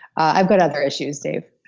i've got other issues dave